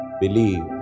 believe